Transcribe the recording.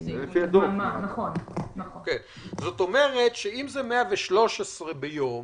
אם זה 113 ביום,